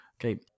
okay